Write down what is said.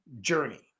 journey